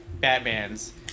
Batman's